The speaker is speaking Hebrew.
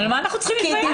על מה אנחנו צריכים להתבייש?